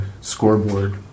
scoreboard